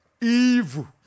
evil